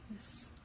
Yes